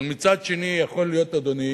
אבל מצד שני, יכול להיות, אדוני,